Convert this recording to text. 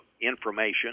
information